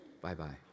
Bye-bye